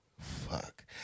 Fuck